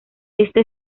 este